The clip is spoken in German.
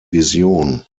vision